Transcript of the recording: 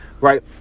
right